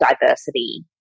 diversity